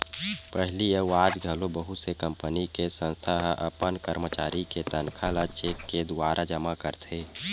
पहिली अउ आज घलो बहुत से कंपनी ते संस्था ह अपन करमचारी के तनखा ल चेक के दुवारा जमा करथे